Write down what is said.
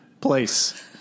place